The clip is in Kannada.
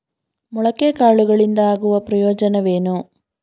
ಮೊಳಕೆ ಕಾಳುಗಳಿಂದ ಆಗುವ ಪ್ರಯೋಜನವೇನು?